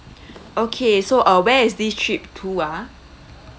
okay so uh where is this trip to ah